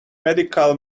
medical